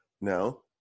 No